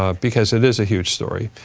ah because it is a huge story.